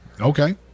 Okay